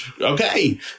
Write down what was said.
Okay